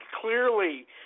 clearly